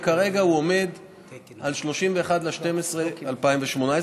וכרגע הוא עומד על 31 בדצמבר 2018,